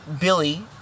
Billy